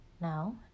now